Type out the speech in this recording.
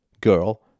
girl